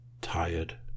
tired